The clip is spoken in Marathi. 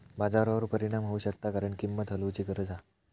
बाजारावर परिणाम होऊ शकता कारण किंमत हलवूची गरज हा